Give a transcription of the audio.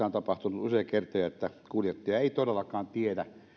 on tapahtunut useita kertoja että kuljettaja ei todellakaan tiedä